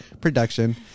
production